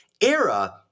era